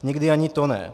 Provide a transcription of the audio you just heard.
Někdy ani to ne.